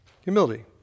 Humility